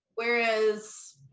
Whereas